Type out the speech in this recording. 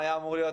היה אמור להיות